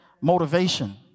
motivation